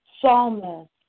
psalmist